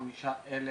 35,000